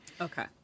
Okay